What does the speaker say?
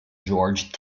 george